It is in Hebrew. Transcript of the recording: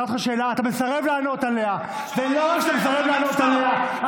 שאלתי אותך שאלה, אתה מסרב לענות עליה.